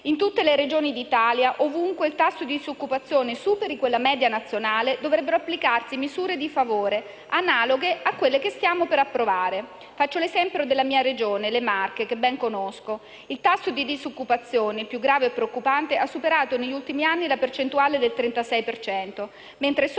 in tutte le Regioni d'Italia, ovunque il tasso di disoccupazione superi la media nazionale dovrebbero applicarsi misure di favore analoghe a quelle che stiamo per approvare. Faccio l'esempio della mia Regione, le Marche, che ben conosco. Il tasso di disoccupazione più grave e preoccupante negli ultimi anni ha superato la percentuale del 36 per